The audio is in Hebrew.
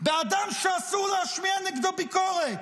באדם שאסור להשמיע נגדו ביקורת.